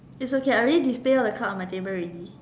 it's okay I already display all the card on my table already